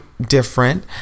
different